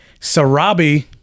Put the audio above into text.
Sarabi